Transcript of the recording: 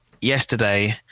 Yesterday